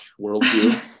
worldview